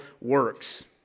works